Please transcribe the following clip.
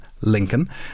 Lincoln